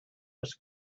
was